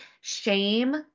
shame